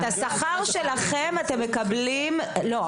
את השכר שלכם אתם מקבלים לא,